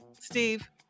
Steve